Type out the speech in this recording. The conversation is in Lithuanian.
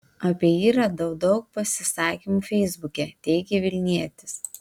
apie jį radau daug pasisakymų feisbuke teigė vilnietis